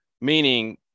meaning